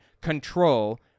control